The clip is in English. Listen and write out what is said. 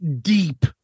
deep